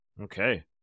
Okay